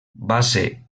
base